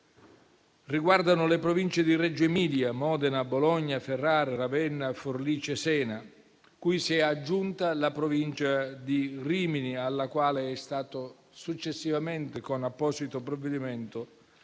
riguardano le Province di Reggio Emilia, Modena, Bologna, Ferrara, Ravenna, Forlì-Cesena, cui si è aggiunta la Provincia di Rimini, alla quale, successivamente e con apposito provvedimento,